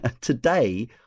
today